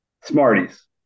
Smarties